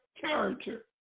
character